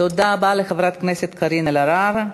תודה רבה לחברת הכנסת קארין אלהרר.